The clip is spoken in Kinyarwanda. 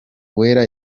uwera